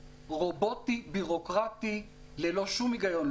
רובוטי, בירוקרטי, ללא שום היגיון.